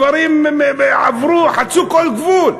זה דברים שעברו, חצו כל גבול.